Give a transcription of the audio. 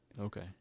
Okay